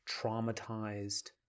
traumatized